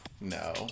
no